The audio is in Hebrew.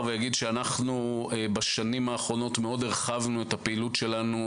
בשנים האחרונות הרחבנו מאוד את פעילותנו,